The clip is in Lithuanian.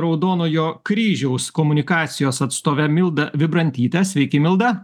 raudonojo kryžiaus komunikacijos atstove milda vibrantyte sveiki milda